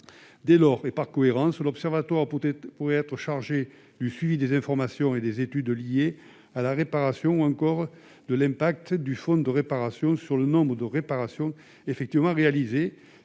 Dès lors, et par cohérence, l'observatoire pourrait être chargé du suivi des informations et des études liées à la réparation, de l'impact du fonds de réparation sur le nombre de réparations effectivement réalisées,